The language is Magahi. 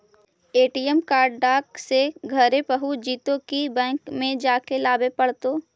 ए.टी.एम कार्ड डाक से घरे पहुँच जईतै कि बैंक में जाके लाबे पड़तै?